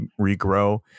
regrow